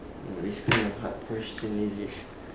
!wah! this kind of hard question is it